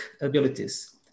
abilities